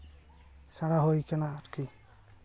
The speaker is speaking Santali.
ᱥᱮᱬᱟ ᱦᱩᱭ ᱟᱠᱟᱱᱟ ᱟᱨᱠᱤ